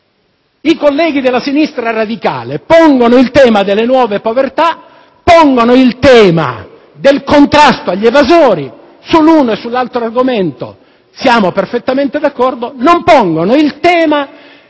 I colleghi della sinistra radicale pongono i temi delle nuove povertà e del contrasto agli evasori (sull'uno e sull'altro argomento siamo perfettamente d'accordo), ma non pongono il tema